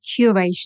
curation